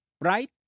right